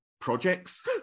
projects